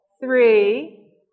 three